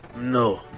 no